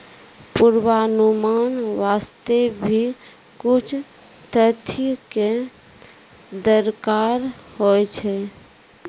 पुर्वानुमान वास्ते भी कुछ तथ्य कॅ दरकार होय छै